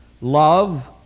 Love